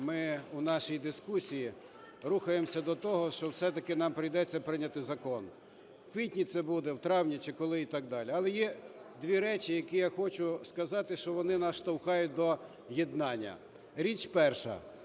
ми в нашій дискусії рухаємося до того, що все-таки нам прийдеться прийняти закон. У квітні це буде, у травні чи коли і так далі. Але є дві речі, які я хочу сказати, що вони нас штовхають до єднання. Річ перша,